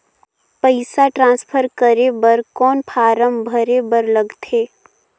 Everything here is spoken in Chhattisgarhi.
पईसा ट्रांसफर करे बर कौन फारम भरे बर लगथे?